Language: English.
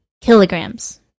kilograms